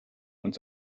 und